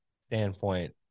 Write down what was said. standpoint